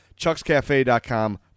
Chuckscafe.com